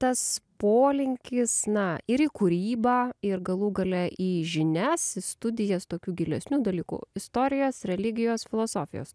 tas polinkis na ir į kūrybą ir galų gale į žinias į studijas tokiu gilesniu dalyku istorijos religijos filosofijos